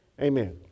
Amen